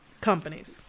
Companies